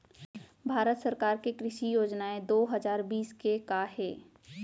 भारत सरकार के कृषि योजनाएं दो हजार बीस के का हे?